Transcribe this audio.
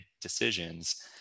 decisions